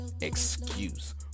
excuse